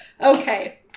okay